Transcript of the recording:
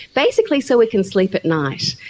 basically so we can sleep at night.